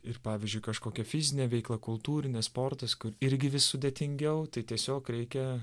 ir pavyzdžiui kažkokia fizinė veikla kultūrinė sportas irgi vis sudėtingiau tai tiesiog reikia